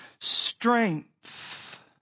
strength